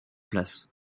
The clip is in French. place